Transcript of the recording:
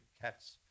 cats